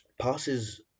Passes